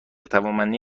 توانمندی